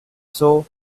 saw